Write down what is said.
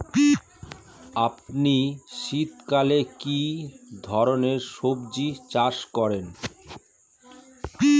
আপনি শীতকালে কী ধরনের সবজী চাষ করেন?